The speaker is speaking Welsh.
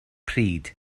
pryd